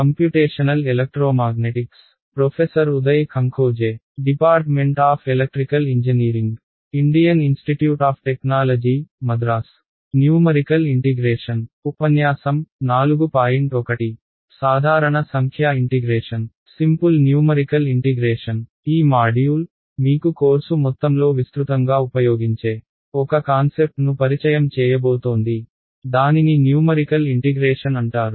ఈ మాడ్యూల్ మీకు కోర్సు మొత్తంలో విస్తృతంగా ఉపయోగించే ఒక కాన్సెప్ట్ను పరిచయం చేయబోతోంది దానిని న్యూమరికల్ ఇంటిగ్రేషన్ అంటారు